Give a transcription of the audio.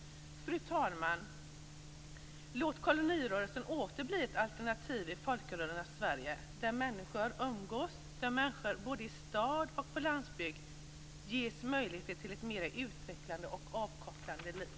Fru talman! Låt kolonirörelsen åter bli ett alternativ i folkrörelsernas Sverige, där människor umgås och där människor både i stad och på landsbygd ges möjlighet till ett mera utvecklande och avkopplande liv.